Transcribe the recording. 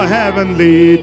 heavenly